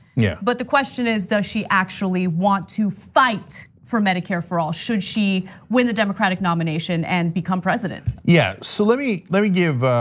yeah but the question is, does she actually want to fight for medicare for all, should she win the democratic nomination and become president? yeah, so let me let me give